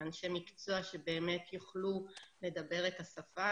אנשי מקצוע שבאמת יוכלו לדבר את השפה.